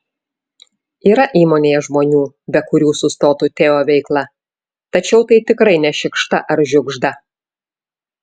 yra įmonėje žmonių be kurių sustotų teo veikla tačiau tai tikrai ne šikšta ar žiugžda